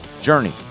journey